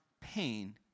pain